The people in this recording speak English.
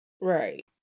Right